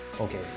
Okay